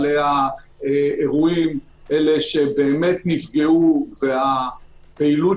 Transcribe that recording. אנשי האירועים אלה שבאמת נפגעו והפעילות